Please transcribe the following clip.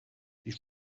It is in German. die